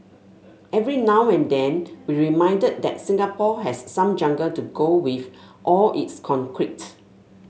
every now and then we're reminded that Singapore has some jungle to go with all its concrete